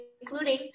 including